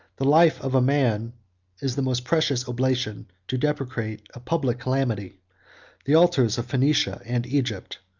the life of a man is the most precious oblation to deprecate a public calamity the altars of phoenicia and egypt,